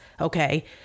okay